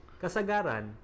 kasagaran